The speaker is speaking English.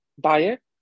diet